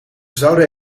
zouden